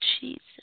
Jesus